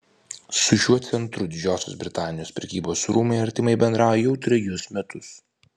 su šiuo centru didžiosios britanijos prekybos rūmai artimai bendrauja jau trejus metus